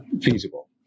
feasible